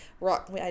rock